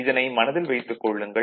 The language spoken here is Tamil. இதனை மனதில் வைத்துக் கொள்ளுங்கள்